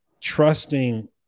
trusting